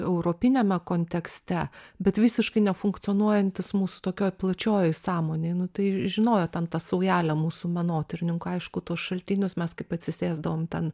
europiniame kontekste bet visiškai nefunkcionuojantys mūsų tokioj plačiojoj sąmonėj nu tai žinojo ten ta saujelė mūsų menotyrininkų aišku tuos šaltinius mes kaip atsisėsdavom ten